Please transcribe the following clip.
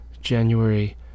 January